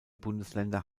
bundesländer